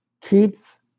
kids